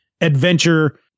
adventure